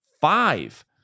Five